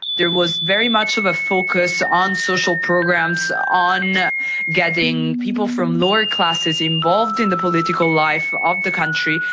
there was very much of a focus on social programs, on getting people from lower classes involved in the political life of the country,